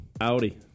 Audi